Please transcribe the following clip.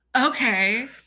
okay